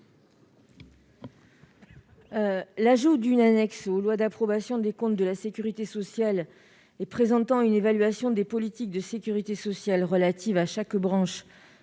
L'article 2 ajoute aux lois d'approbation des comptes de la sécurité sociale une annexe présentant une évaluation des politiques de sécurité sociale relatives à chaque branche,